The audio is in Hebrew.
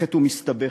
מסובכת ומסתבכת.